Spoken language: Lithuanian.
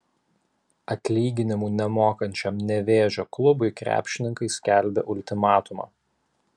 atlyginimų nemokančiam nevėžio klubui krepšininkai skelbia ultimatumą